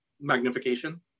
Magnification